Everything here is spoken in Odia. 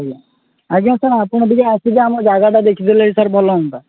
ଆଜ୍ଞା ଆଜ୍ଞା ସାର୍ ଆପଣ ଟିକେ ଆସିକି ଆମ ଯାଗାଟା ଦେଖି ଦେଲେ ସାର୍ ଭଲ ହୁଅନ୍ତା